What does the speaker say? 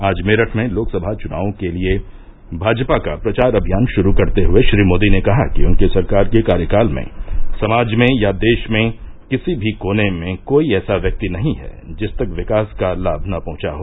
आज मेरठ में लोकसभा चुनावों के लिए भाजपा का प्रचार अभियान शुरू करते हुए श्री मोदी ने कहा कि उनकी सरकार के कार्यकाल में समाज में या देश के किसी भी कोने में कोई ऐसा व्यक्ति नहीं है जिस तक विकास का लाम न पहंचा हो